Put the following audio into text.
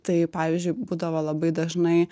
tai pavyzdžiui būdavo labai dažnai